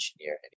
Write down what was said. engineer